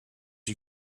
you